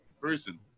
person